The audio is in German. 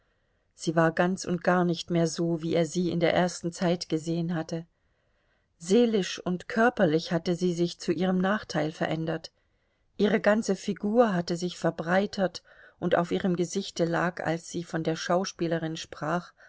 sie war ganz und gar nicht mehr so wie er sie in der ersten zeit gesehen hatte seelisch und körperlich hatte sie sich zu ihrem nachteil verändert ihre ganze figur hatte sich verbreitert und auf ihrem gesichte lag als sie von der schauspielerin sprach